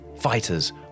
Fighters